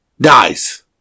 dies